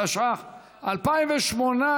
התשע"ח 2018,